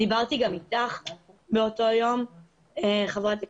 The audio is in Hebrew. ודיברתי גם אתך באותו יום חברת הכנסת,